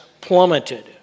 plummeted